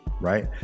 right